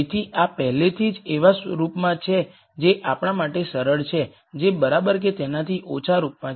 તેથી આ પહેલેથી જ એવા રૂપમાં છે જે આપણા માટે સરળ છે જે બરાબર કે તેનાથી ઓછા રૂપમાં છે